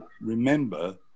remember